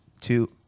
two